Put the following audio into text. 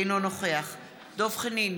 אינו נוכח דב חנין,